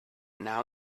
now